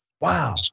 Wow